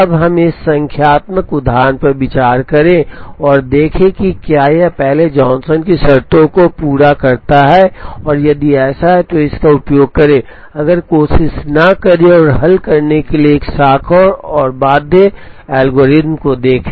अब हम इस संख्यात्मक उदाहरण पर विचार करें और देखें और देखें कि क्या यह पहले जॉनसन की शर्तों को पूरा करता है और यदि ऐसा है तो इसका उपयोग करें अगर कोशिश न करें और हल करने के लिए एक शाखा और बाध्य एल्गोरिदम देखें